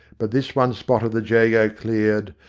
but this one spot of the jago cleared,